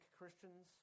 Christians